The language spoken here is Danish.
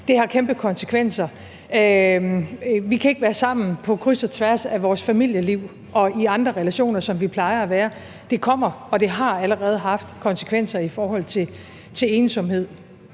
her har kæmpe konsekvenser. Vi kan ikke være sammen på kryds og tværs af vores familier og i andre relationer, som vi plejer at være. Det kommer til at have og har allerede haft konsekvenser i forhold til ensomhed.